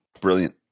brilliant